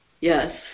Yes